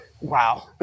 wow